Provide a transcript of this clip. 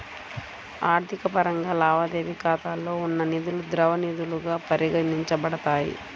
ఆర్థిక పరంగా, లావాదేవీ ఖాతాలో ఉన్న నిధులుద్రవ నిధులుగా పరిగణించబడతాయి